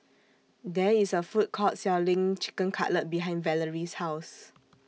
There IS A Food Court Selling Chicken Cutlet behind Valerie's House